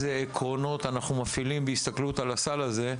עקרונות אנחנו מפעילים בהסתכלות על הסל הזה,